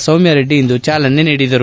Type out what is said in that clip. ಸೌಮ್ಖರೆಡ್ಡಿ ಇಂದು ಚಾಲನೆ ನೀಡಿದರು